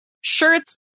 shirts